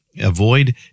avoid